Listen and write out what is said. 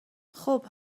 خوب